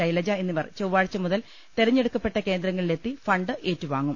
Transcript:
ശൈലജ എന്നി വർ ചൊവ്വാഴ്ച മുതൽ തെരഞ്ഞെടുക്കപ്പെട്ട കേന്ദ്രങ്ങളിലെത്തി ഫണ്ട് ഏറ്റുവാങ്ങും